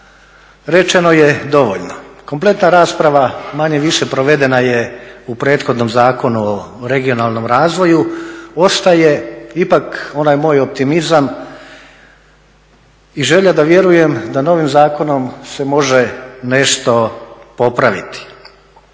rečeno je dovoljno. Kompletna rasprava manje-više provedena je u prethodnom Zakonu o regionalnom razvoju. Ostaje ipak onaj moj optimizam i želja da vjerujem da novim zakonom se može nešto popraviti.